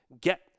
get